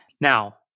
Now